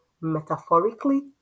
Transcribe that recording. metaphorically